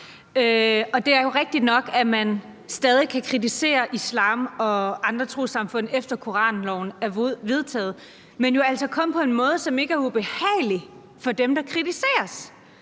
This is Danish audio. Det er jo rigtigt nok, at man stadig kan kritisere islam og andre trossamfund, efter at koranloven er vedtaget, men jo altså kun på en måde, som ikke er ubehagelig for dem, der kritiseres.